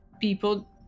people